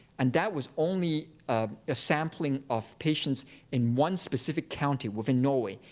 and that was only a sampling of patients in one specific county within norway.